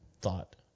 thought